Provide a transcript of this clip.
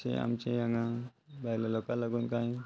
अशे आमचे हांगा भायल्या लोकां लागून कांय